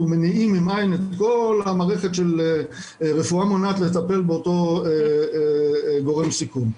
מניעים את כל המערכת של רפואה מונעת לטפל באותו גורם סיכון.